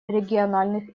региональных